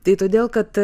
tai todėl kad